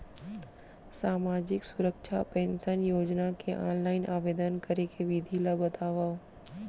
सामाजिक सुरक्षा पेंशन योजना के ऑनलाइन आवेदन करे के विधि ला बतावव